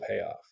payoff